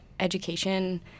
education